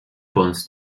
points